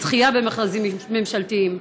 בזכייה במכרזים ממשלתיים: